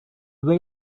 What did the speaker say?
they